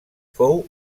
fou